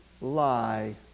lie